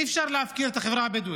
אי-אפשר להפקיר את החברה הבדואית,